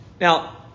Now